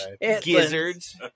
Gizzards